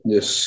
Yes